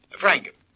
Frank